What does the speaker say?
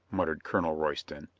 mut tered colonel royston.